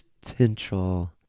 potential